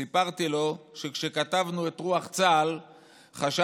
סיפרתי לו שכשכתבנו את רוח צה"ל חשבתי